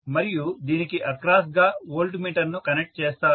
మరియు దీనికి అక్రాస్ గా వోల్ట్ మీటర్ ను కనెక్ట్ చేస్తాను